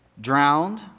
drowned